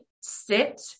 sit